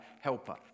helper